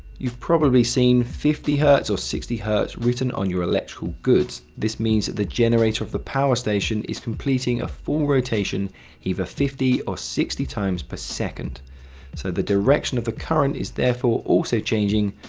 you've probably seen fifty hertz or sixty hertz written on your electrical goods. this means that the generator of the power station is completing a full rotation either fifty or sixty times per second. so the direction of the current is therefore also changing,